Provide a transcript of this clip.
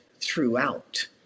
throughout